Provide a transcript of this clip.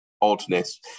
oddness